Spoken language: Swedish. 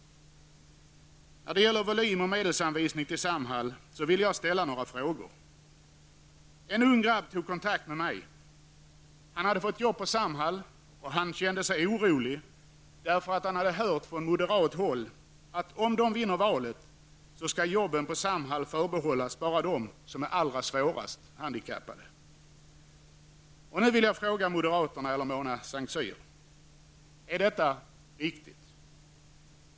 När det gäller volymen inom och medelsanvisningen till Samhall vill jag ställa någora frågor. En ung grabb som hade fått jobb på Samhall tog kontakt med mig. Han kände sig orolig, eftersom han hade hört från moderat håll, att om moderaterna vinner valet så kommer jobben på Samhall att förbehållas dem som är allra svårast handikappade. Nu vill jag fråga Mona Saint Cyr som representant för moderaterna: Är detta riktigt?